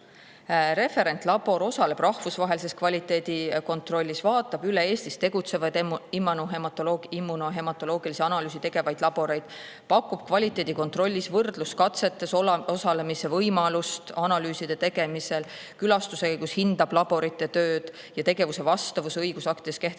Referentlabor osaleb rahvusvahelises kvaliteedikontrollis, vaatab üle Eestis tegutsevaid immunohematoloogilisi analüüse tegevaid laboreid, pakub kvaliteedikontrolli käigus võrdluskatsetes osalemise võimalust analüüside tegemisel, hindab laborite tööd nende külastuse käigus ja laborite